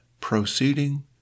proceeding